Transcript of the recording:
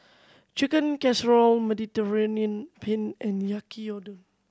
Chicken Casserole Mediterranean Penne and Yaki Udon